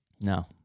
No